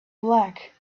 black